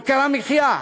יוקר המחיה,